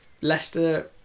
Leicester